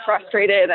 frustrated